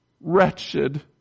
wretched